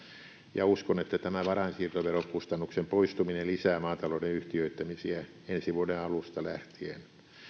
ja uskon että tämä varainsiirtoverokustannuksen poistuminen lisää maatalouden yhtiöittämisiä ensi vuoden alusta lähtien